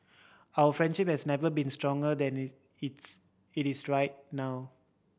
our friendship has never been stronger than it it's it is right now